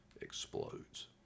explodes